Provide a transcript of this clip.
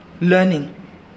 learning